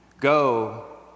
Go